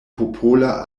popola